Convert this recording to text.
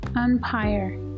umpire